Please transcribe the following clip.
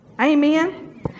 Amen